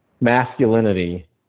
masculinity